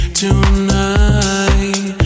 tonight